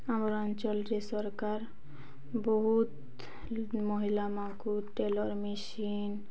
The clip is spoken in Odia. ଆମର ଅଞ୍ଚଳରେ ସରକାର ବହୁତ ମହିଳା ମାଆଙ୍କୁ ଟେଲର ମେସିନ୍